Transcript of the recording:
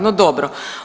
No dobro.